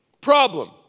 Problem